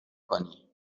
کنی